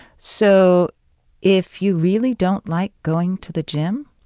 so if you really don't like going to the gym,